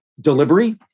delivery